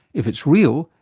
if it's real,